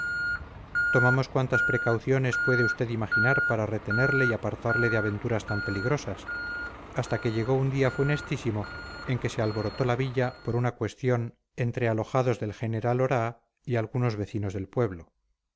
tomamos cuantas precauciones puede usted imaginar para retenerle y apartarle de aventuras tan peligrosas hasta que llegó un día funestísimo en que se alborotó la villa por una cuestión entre alojados del general oraa y algunos vecinos del pueblo